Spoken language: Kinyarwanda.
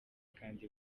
kandi